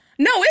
No